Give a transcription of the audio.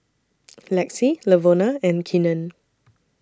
Lexi Lavona and Keenan